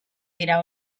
dira